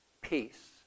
peace